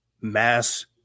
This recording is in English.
Mass